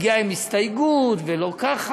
הגיעה עם הסתייגות, ולא ככה.